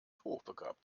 hochbegabt